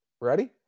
Ready